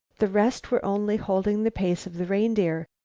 the rest were only holding the pace of the reindeer,